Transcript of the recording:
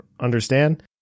understand